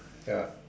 ya